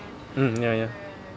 mm ya ya